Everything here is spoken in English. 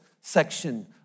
section